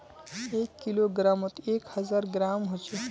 एक किलोग्रमोत एक हजार ग्राम होचे